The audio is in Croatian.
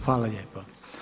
Hvala lijepo.